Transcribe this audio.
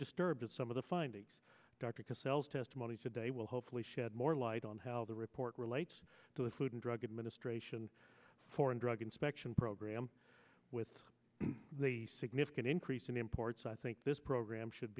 disturbed of some of the findings dr because cells testimony today will hopefully shed more light on how the report relates to the food and drug administration foreign drug inspection program with the significant increase in imports i think this program should